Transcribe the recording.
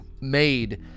made